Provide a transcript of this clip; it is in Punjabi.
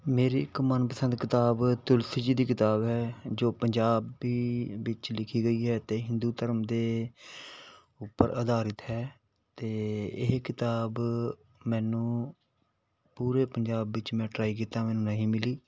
ਮੇਰੀ ਇੱਕ ਮਨਪਸੰਦ ਕਿਤਾਬ ਤੁਲਸੀ ਜੀ ਦੀ ਕਿਤਾਬ ਹੈ ਜੋ ਪੰਜਾਬੀ ਵਿੱਚ ਲਿਖੀ ਗਈ ਹੈ ਅਤੇ ਹਿੰਦੂ ਧਰਮ ਦੇ ਉੱਪਰ ਅਧਾਰਿਤ ਹੈ ਅਤੇ ਇਹ ਕਿਤਾਬ ਮੈਨੂੰ ਪੂਰੇ ਪੰਜਾਬ ਵਿੱਚ ਮੈਂ ਟਰਾਈ ਕੀਤਾ ਮੈਨੂੰ ਨਹੀਂ ਮਿਲੀ